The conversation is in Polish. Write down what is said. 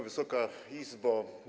Wysoka Izbo!